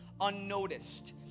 unnoticed